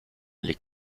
les